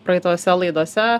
praeitose laidose